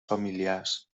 familiars